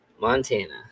Montana